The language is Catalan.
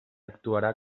actuarà